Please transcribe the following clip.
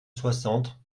soixante